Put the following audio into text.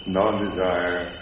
non-desire